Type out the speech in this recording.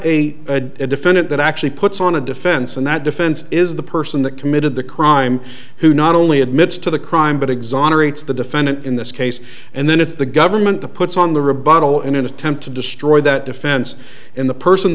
have a defendant that actually puts on a defense and that defense is the person that committed the crime who not only admits to the crime but exonerates the defendant in this case and then it's the government the puts on the rebuttal in an attempt to destroy that defense in the person